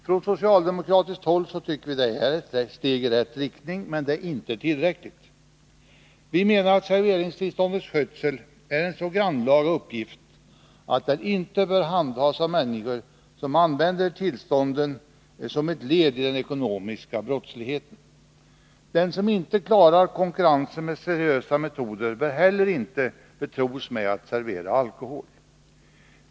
Från socialdemokratiskt håll tycker vi att det är ett steg i rätt riktning, men det är inte tillräckligt. Vi menar att serveringstillståndets skötsel är en så grannlaga uppgift att den inte bör handhas av människor som använder tillstånden som ett led i den ekonomiska brottsligheten. Den som inte klarar konkurrensen med seriösa metoder bör heller inte betros med att servera alkohol.